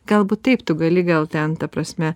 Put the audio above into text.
galbūt taip tu gali gal ten ta prasme